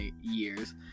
years